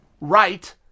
right